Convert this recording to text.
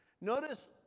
Notice